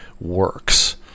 works